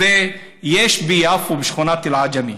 ויש ביפו, בשכונת אל-עג'מי,